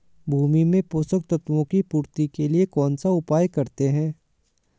भूमि में पोषक तत्वों की पूर्ति के लिए कौनसा उपाय करते हैं?